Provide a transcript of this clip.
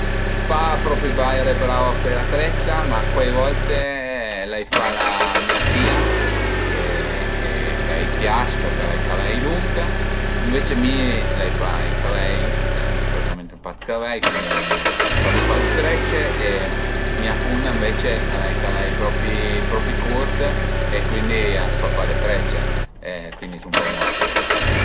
Sun pa propi vaire brau a fe la treccia, ma cuai volte l'ai fala a mia fìa che che a i pias, përché al a i cavei lunch, ënvece mi l'ai pa i cavei, cioè praticament pa dë cavei, cuindi fazu pa le trecce e mia fumna ënvece al a i cavei propi curt e cuindi a s'fa pa le trecce e cuindi su pa bun a feie